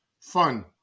fun